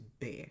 bear